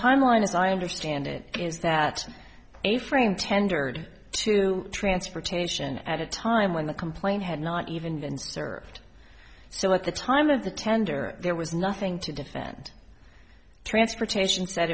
timeline as i understand it is that a frame tendered to transportation at a time when the complaint had not even been served so at the time of the tender there was nothing to defend transportation said